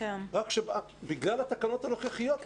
רק שבגלל התקנות הנוכחיות,